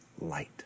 light